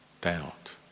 Doubt